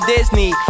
Disney